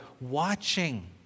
watching